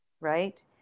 Right